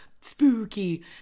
spooky